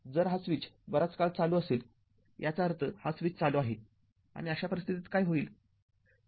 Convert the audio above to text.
जर हा स्विच बराच काळ चालू असेल याचा अर्थ हा स्विच चालू आहे आणि अशा परिस्थितीत काय होईल